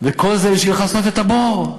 וכל זה בשביל לכסות את הבור,